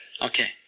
Okay